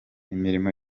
imirimo